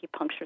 acupuncture